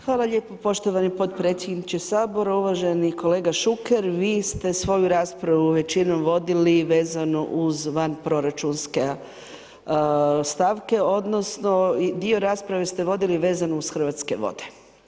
Hvala lijepa poštovani potpredsjedniče Sabora, uvaženi kolega Šuker, vi ste svoju raspravu većinom vodili vezano uz vanproračunske stavke, odnosno dio rasprave ste vodili vezano uz Hrvatske vode.